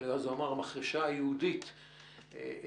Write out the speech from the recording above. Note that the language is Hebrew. אז הוא אמר: המחרשה היהודית תקבע.